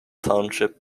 township